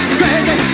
crazy